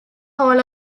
hall